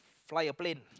fly a plane